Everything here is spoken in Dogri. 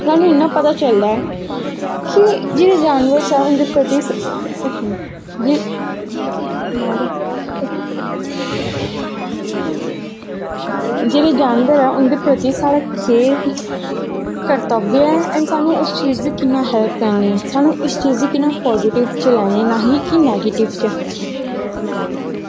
स्हानू इयां पता चलदा ऐ कि जेह्ड़े जानवर जेह्ड़े जानवर ऐं उंदे प्रति साढ़ा केह् कर्तव्य ऐ और साह्नू कियां हैल्प करनी ऐं इस चीज़ दी कियां असैं पॉज़िटिव च लैनां ऐं कि नैगेटिव च